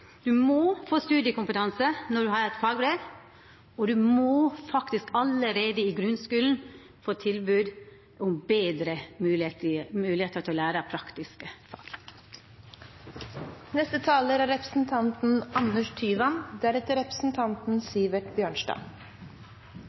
må få studiekompetanse når ein har eit fagbrev, og ein må allereie i grunnskulen få betre tilbod om og moglegheiter til å læra praktiske fag. Den norske kirke er